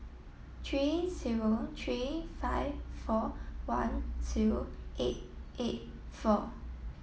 three zero three five four one zero eight eight four